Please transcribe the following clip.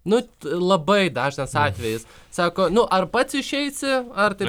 nu labai dažnas atvejis sako nu ar pats išeisi ar tai